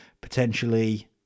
potentially